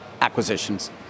acquisitions